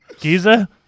Giza